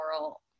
moral